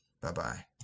Bye-bye